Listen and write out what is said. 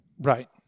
Right